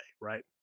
Right